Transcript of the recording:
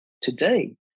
Today